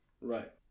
Right